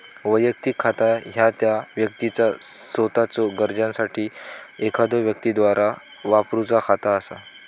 वैयक्तिक खाता ह्या त्या व्यक्तीचा सोताच्यो गरजांसाठी एखाद्यो व्यक्तीद्वारा वापरूचा खाता असा